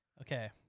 Okay